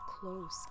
close